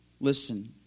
Listen